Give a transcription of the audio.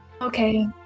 Okay